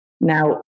Now